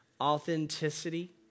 authenticity